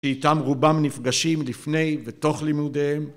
שאיתם רובם נפגשים לפני ותוך לימודיהם.